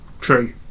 true